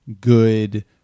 good